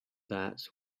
that